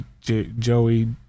joey